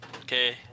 Okay